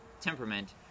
temperament